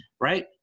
right